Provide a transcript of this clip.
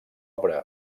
obra